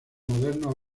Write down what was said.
modernos